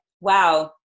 wow